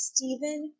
Stephen